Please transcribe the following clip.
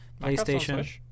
PlayStation